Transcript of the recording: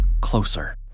closer